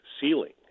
ceiling